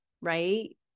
right